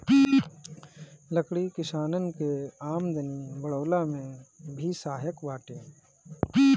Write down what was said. लकड़ी किसानन के आमदनी बढ़वला में भी सहायक बाटे